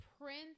prince